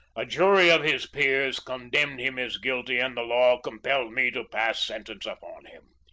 a jury of his peers condemned him as guilty and the law compelled me to pass sentence upon him.